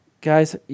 guys